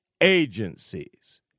agencies